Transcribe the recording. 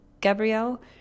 Gabrielle